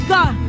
God